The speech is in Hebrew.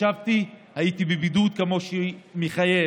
ישבתי, הייתי בבידוד כמו שמתחייב